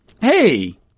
Hey